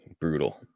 brutal